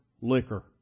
liquor